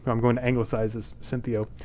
i'm going to anglicize this, cinthio